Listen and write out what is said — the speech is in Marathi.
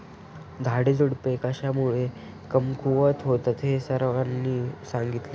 झाडेझुडपे कशामुळे कमकुवत होतात हे सरांनी सांगितले